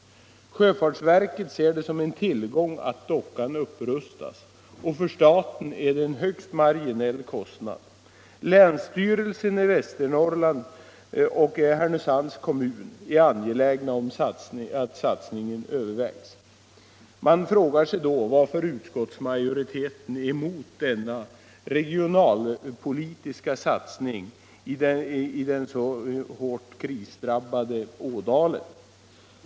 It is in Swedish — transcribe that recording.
Sjöfartsverket ser det som en tillgång att dockan upprustas, och för staten är det en högst marginell kostnad. Länsstyrelsen i Västernorrlands län : och Härnösands kommun är angelägna om att satsningen övervägs. Man frågar sig då varför utskottsmajoriteten är emot denna regionalpolitiska satsning i den krisdrabbade Ådalen.